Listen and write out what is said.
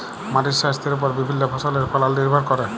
মাটির স্বাইস্থ্যের উপর বিভিল্য ফসলের ফলল লির্ভর ক্যরে